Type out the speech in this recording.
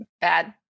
bad